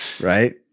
right